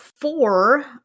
four